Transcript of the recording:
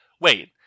wait